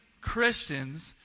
Christians